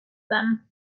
them